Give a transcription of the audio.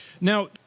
Now